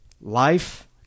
Life